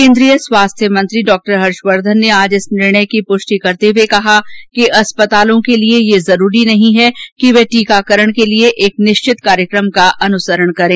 केंद्रीय स्वास्थ्य मंत्री हर्षवर्धन ने आज इस निर्णय की पुष्टि करते हुए कहा कि अस्पतालों के लिए यह जरूरी नहीं है कि ये टीकाकरण के लिए एक निश्चित कार्यक्रम का अनुसरण करें